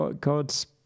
God's